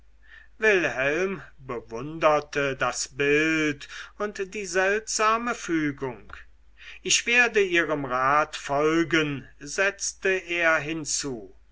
wilhelm bewunderte das bild und die seltsame fügung ich werde ihrem rat folgen setzte er hinzu